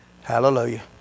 Hallelujah